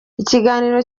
ikiganiro